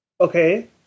Okay